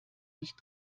nicht